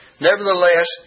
Nevertheless